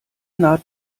naht